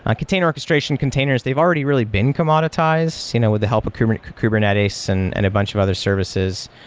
ah container orchestration containers, they've already really been commoditized you know with the help of kubernetes kubernetes and and a bunch of other services.